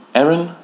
Aaron